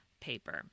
paper